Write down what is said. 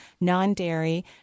non-dairy